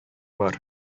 бар